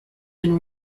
been